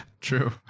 True